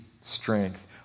strength